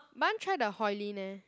but I want try the Hollin eh